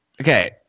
Okay